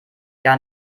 gar